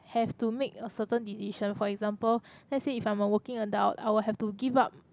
have to make a certain decision for example let's say if I am a working adult I would have to give up